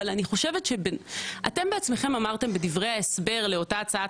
אבל אתם בעצמכם אמרתם בדברי ההסבר לאותה הצעת